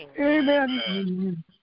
Amen